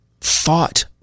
thought